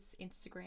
Instagram